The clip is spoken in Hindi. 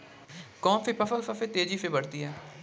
कौनसी फसल सबसे तेज़ी से बढ़ती है?